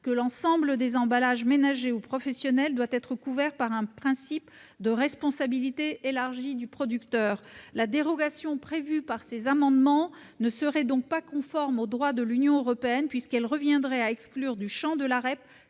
date, l'ensemble des emballages ménagers ou professionnels devra être couvert par un principe de responsabilité élargie du producteur. La dérogation que tendent à instaurer ces amendements ne serait donc pas conforme au droit de l'Union européenne, puisqu'elle reviendrait à exclure certains